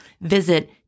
Visit